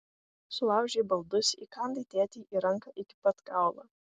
sulaužei baldus įkandai tėtei į ranką iki pat kaulo